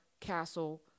Castle